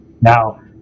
Now